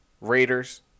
raiders